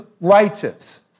righteous